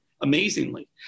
amazingly